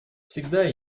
всегда